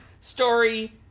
story